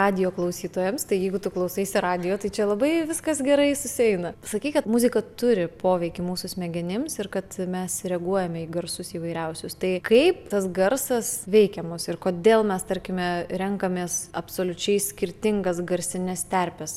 radijo klausytojams tai jeigu tu klausaisi radijo tai čia labai viskas gerai susieina sakei kad muzika turi poveikį mūsų smegenims ir kad mes reaguojam į garsus įvairiausius tai kaip tas garsas veikiamas ir kodėl mes tarkime renkamės absoliučiai skirtingas garsines terpes